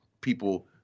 people